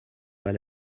pas